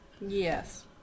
Yes